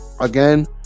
Again